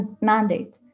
mandate